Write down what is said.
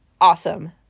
awesome